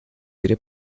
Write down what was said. ihre